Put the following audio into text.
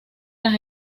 las